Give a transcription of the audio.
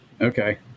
Okay